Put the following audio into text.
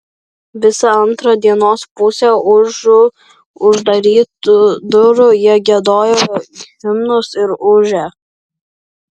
visą antrą dienos pusę užu uždarytų durų jie giedojo himnus ir ūžė